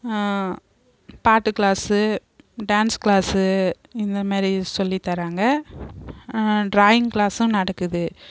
பாட்டு class dance class இந்த மாரி சொல்லி தராங்க டிராயிங் கிளாஸ்ஸும் நடக்குது